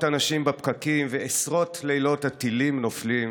אנשים בפקקים / ועשרות לילות הטילים נופלים,